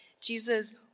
Jesus